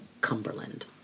Cumberland